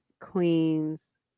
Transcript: Queens